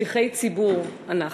שליחי ציבור אנחנו.